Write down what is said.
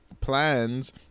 plans